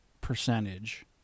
percentage